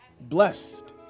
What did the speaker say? blessed